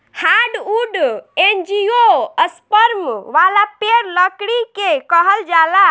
hardwood angiosperm वाला पेड़ लकड़ी के कहल जाला